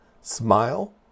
Smile